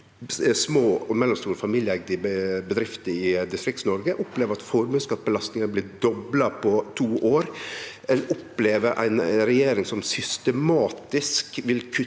små og mellomstore familieeigde bedrifter i Distrikts-Noreg no opplever at formuesskattbelastninga er blitt dobla på to år. Ein opplever ei regjering som systematisk vil kutte